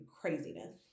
craziness